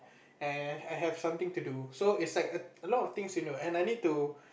and I have something to do so its like a lot of things you know and I need to